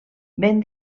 ben